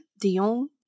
Dion